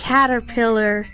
Caterpillar